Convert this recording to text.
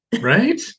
Right